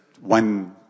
one